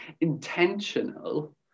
intentional